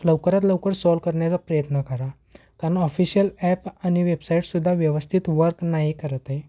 लवकरात लवकर सॉल्व करण्याचा प्रयत्न करा कारण ऑफिशिल ॲप आणि वेबसाईटसुद्धा व्यवस्थित वर्क नाही करत आहे